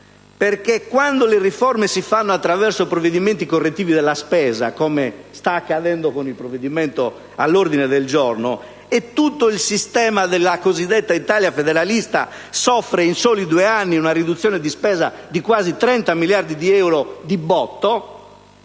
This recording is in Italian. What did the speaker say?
perché, quando le riforme si fanno attraverso provvedimenti correttivi della spesa, come sta accadendo con il provvedimento all'ordine del giorno, e tutto il sistema della cosiddetta Italia federalista soffre in soli due anni una riduzione di spesa di quasi 30 miliardi, vorrei capire